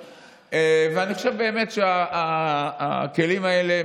ואני חושב באמת שהכלים האלה,